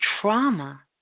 trauma